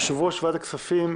יושב-ראש ועדת הכספים,